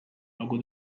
logo